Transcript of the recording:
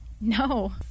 No